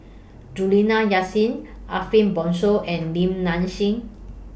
Juliana Yasin Ariff Bongso and Lim Nang Seng